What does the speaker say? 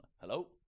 Hello